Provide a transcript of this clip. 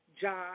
John